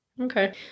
Okay